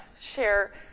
share